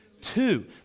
Two